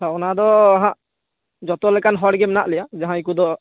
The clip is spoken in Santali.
ᱦᱚᱸ ᱚᱱᱟᱫᱚ ᱦᱟᱸᱜ ᱡᱚᱛᱚ ᱞᱮᱠᱟᱱ ᱦᱚᱲᱜᱮ ᱢᱮᱱᱟᱜ ᱞᱮᱭᱟ ᱡᱟᱦᱟᱸᱭ ᱠᱚᱫᱳ